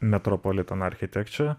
metropolitan architecture